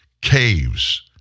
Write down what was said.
caves